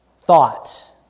thought